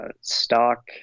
stock